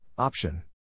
Option